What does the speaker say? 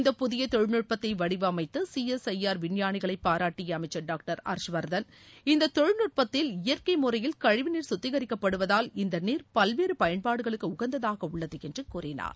இந்தப் புதிய தொழில்நுட்பத்தை வடிவமைத்த சிஎஸ்ஐஆர் விஞ்ஞானிகளைப் பாராட்டிய அமைச்சர் டாக்டர் ஹர்ஷ்வர்தன் இந்தத் தொழில்நுட்பத்தில் இயற்கை முறையில் கழிவு நீர் கத்திகரிக்கப்படுவதால் இந்த நீர் பல்வேறு பயன்பாடுகளுக்கு உகந்ததாக உள்ளது என்று கூறினார்